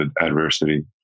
adversity